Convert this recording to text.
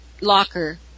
locker